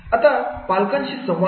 आता पालकांशी संवाद